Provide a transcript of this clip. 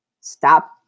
Stop